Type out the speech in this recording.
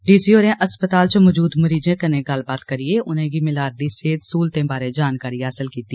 DC होरें अस्पताल च मजूद मरीजें कन्नै गल्लबात करियै उनेंगी मिला'रदी सेह्त सहूलतें बारे जानकारी हासल कीती